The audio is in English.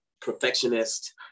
perfectionist